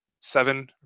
seven